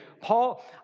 Paul